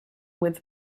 with